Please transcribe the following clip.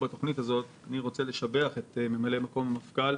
בתוכנית הזו אני רוצה לשבח את ממלא מקום המפכ"ל